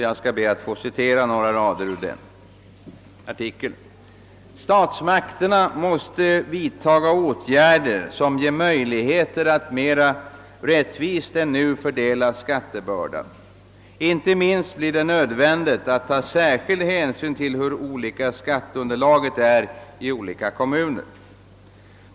Jag skall be att få citera några rader ur den artikeln: »Statsmakterna måste vidtaga åtgärder som ger möjligheter att mera rättvist än nu fördela skattebördan. Inte minst blir det nödvändigt att ta särskild hänsyn till hur olika skatteunderlaget är i olika kommuner.